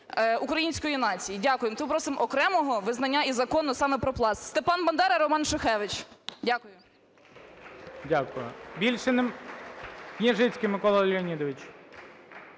української нації. Дякую. Тому просимо окремого визнання і закону саме про Пласт. Степан Бандера, Роман Шухевич. Дякую. ГОЛОВУЮЧИЙ. Дякую. Княжицький Микола Леонідович.